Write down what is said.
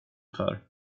för